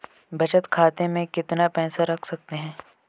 बचत खाते में कितना पैसा रख सकते हैं?